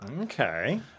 Okay